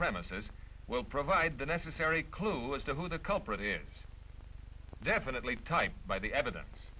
premises will provide the necessary clue as to who the culprit in definitely type by the evidence